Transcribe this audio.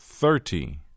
thirty